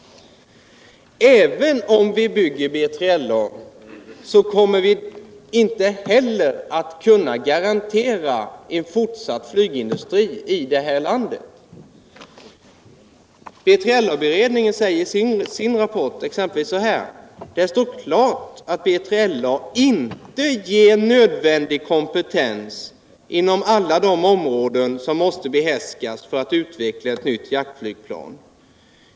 Även om vi bygger dessa plan kommer vi inte att kunna garantera en fortsatt flygindustri i det här landet.